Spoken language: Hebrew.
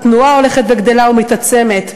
התנועה הולכת וגדלה ומתעצמת.